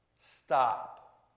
Stop